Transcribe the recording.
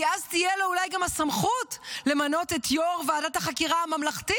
כי אז תהיה לו אולי גם הסמכות למנות את יו"ר ועדת החקירה הממלכתית,